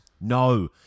No